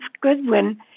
Goodwin